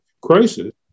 crisis